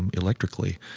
and electrically.